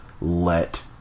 let